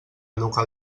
educar